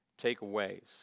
takeaways